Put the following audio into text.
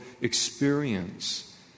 experience